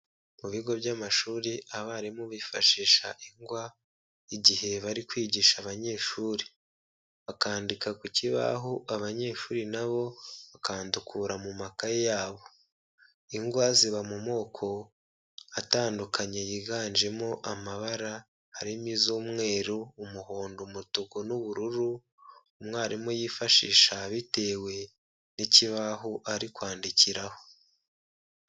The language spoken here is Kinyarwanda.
Mu bigo by'amashuri abarimu bifashisha ingwa igihe bari kwigisha abanyeshuri, bakandika ku kibaho abanyeshuri n'abo bakandukura mu makaye yabo, ingwa ziba mu moko atandukanye yiganjemo amabara harimo iz'umweru, umuhondo, umutuku n'ubururu umwarimu yifashisha bitewe n'ikibaho ari kwandikiraho.